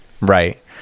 right